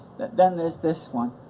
then there's this one.